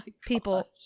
people